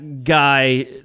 guy